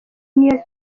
niyo